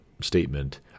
statement